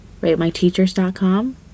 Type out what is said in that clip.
RateMyTeachers.com